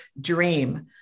dream